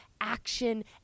action